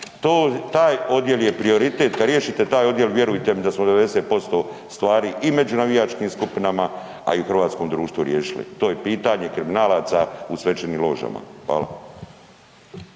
taj odjel je prioritet, kad riješite taj odjel vjerujte mi da smo 90% stvari i među navijačkim skupinama, a i u hrvatskom društvu riješili. To je pitanje kriminalaca u svečanim ložama. Hvala.